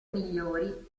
migliori